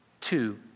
Two